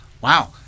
Wow